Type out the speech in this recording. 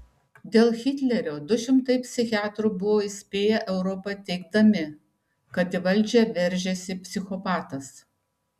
dėl hitlerio du šimtai psichiatrų buvo įspėję europą teigdami kad į valdžią veržiasi psichopatas